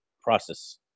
process